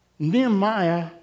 Nehemiah